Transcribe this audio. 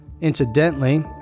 Incidentally